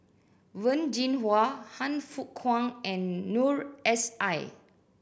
Wen Jinhua Han Fook Kwang and Noor S I